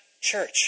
church